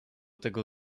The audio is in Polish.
tego